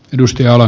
industrial